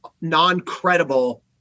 non-credible